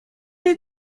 did